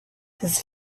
his